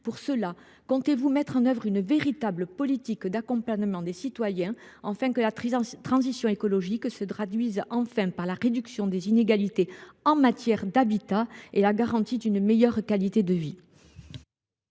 ministre, comptez vous mettre en œuvre une véritable politique d’accompagnement des citoyens pour que la transition écologique se traduise enfin par la réduction des inégalités en matière d’habitat et par la garantie d’une meilleure qualité de vie ?